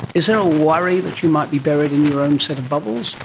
is there a worry that you might be buried in your own set of bubbles?